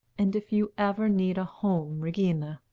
and if you ever need a home, regina,